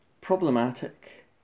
problematic